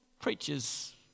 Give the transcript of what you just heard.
preacher's